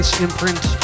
imprint